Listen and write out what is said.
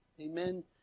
Amen